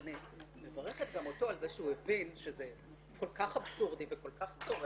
אז אני מברכת גם אותו על זה שהוא הבין שזה כל כך אבסורדי וכל כל צורם,